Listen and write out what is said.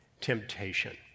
temptation